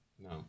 No